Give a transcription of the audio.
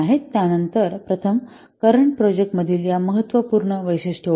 त्यानंतर प्रथम सद्य प्रोजेक्टतील या महत्त्वपूर्ण वैशिष्ट्ये ओळखा